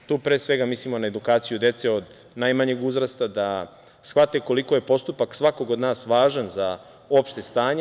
Tu pre svega mislimo na edukaciju dece od najmanjeg uzrasta, da shvate koliko je postupak svakog od nas važan za opšte stanje.